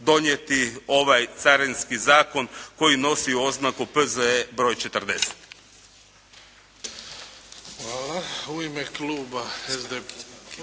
donijeti ovaj Carinski zakon koji nosi oznaku P.Z.E. broj 40.